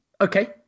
okay